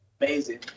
amazing